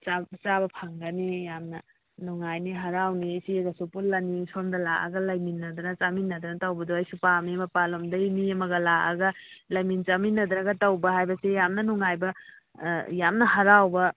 ꯆꯥꯛ ꯆꯥꯕ ꯐꯪꯒꯅꯤ ꯌꯥꯝꯅ ꯅꯨꯡꯉꯥꯏꯅꯤ ꯍꯔꯥꯎꯅꯤ ꯏꯆꯦꯒꯁꯨ ꯄꯨꯜꯂꯅꯤ ꯁꯣꯝꯗ ꯂꯥꯛꯑꯒ ꯂꯩꯃꯤꯟꯅꯗꯅ ꯆꯥꯃꯤꯟꯅꯗꯅ ꯇꯧꯕꯗꯨ ꯑꯩꯁꯨ ꯄꯥꯝꯃꯤ ꯃꯄꯥꯟ ꯂꯣꯝꯗꯒꯤ ꯃꯤ ꯑꯃꯒ ꯂꯥꯛꯑꯒ ꯂꯩꯃꯤꯟ ꯆꯥꯃꯤꯟꯅꯗꯅꯒ ꯇꯧꯕ ꯍꯥꯏꯕꯁꯤ ꯌꯥꯝꯅ ꯅꯨꯡꯉꯥꯏꯕ ꯌꯥꯝꯅ ꯍꯔꯥꯎꯕ